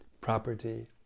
property